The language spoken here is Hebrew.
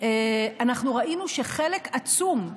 אנחנו ראינו שחלק עצום,